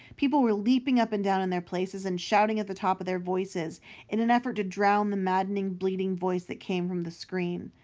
people were leaping up and down in their places and shouting at the tops of their voices in an effort to drown the maddening bleating voice that came from the screen.